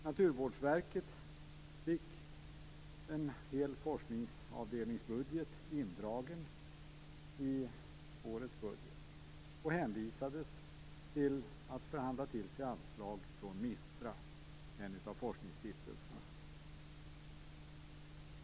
Naturvårdsverket fick en hel forskningsavdelningsbudget indragen i årets budget och hänvisades till att förhandla till sig anslag från MISTRA, en av forskningsstiftelserna.